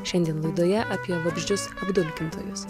šiandien laidoje apie vabzdžius apdulkintojus